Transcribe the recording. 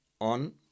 on